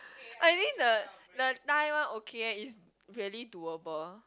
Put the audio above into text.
I mean the the thigh one okay eh is really doable